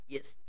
Yes